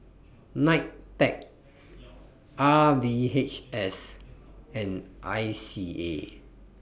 N I T E C R V H S and I C A